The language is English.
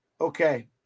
Okay